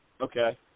Okay